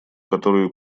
которую